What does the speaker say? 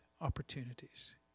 opportunities